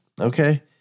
Okay